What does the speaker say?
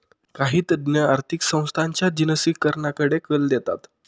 काही तज्ञ आर्थिक संस्थांच्या जिनसीकरणाकडे कल देतात